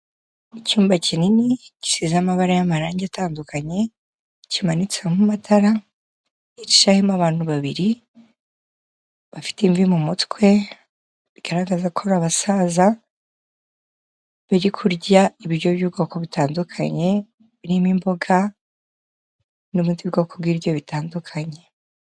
Icyumba kinini gisize amabara y'amarangi atandukanye, kimanitsemo amatara, hicayemo abantu babiri bafite imvi mu mutwe, bigaragaza ko ari abasaza, bari kurya ibiryo by'ubwoko butandukanye, birimo imboga n'ubundi bwoko bw'ibiryo bitandukanye.